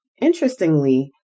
interestingly